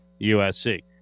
USC